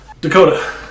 Dakota